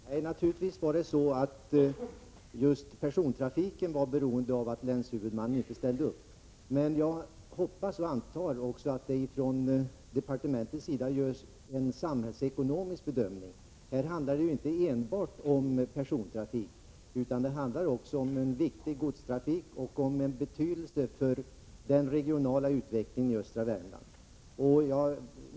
Herr talman! Naturligtvis var det så att just persontrafiken var beroende av att länshuvudmannen inte ställde upp, men jag hoppas och antar att det också från departementets sida görs en samhällsekonomisk bedömning. Det handlar här inte enbart om persontrafik, utan det handlar också om en viktig godstrafik och om betydelsen av en god regional utveckling i östra Värmland.